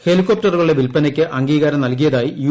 ഹെലികോപ്റ്ററുകളുടെ വിൽപ്പനയ്ക്ക് അംഗീകാരം നൽകിയതായി യു